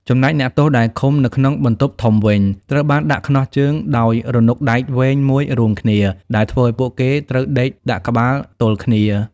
ចំណែកអ្នកទោសដែលឃុំនៅក្នុងបន្ទប់ធំវិញ ត្រូវបានដាក់ខ្នោះជើងដោយរនុកដែកវែងមួយរួមគ្នា ដែលធ្វើឱ្យពួកគេត្រូវដេកដាក់ក្បាលទល់គ្នា។